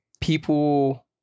people